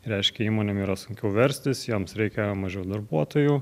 reiškia įmonėm yra sunkiau verstis joms reikia mažiau darbuotojų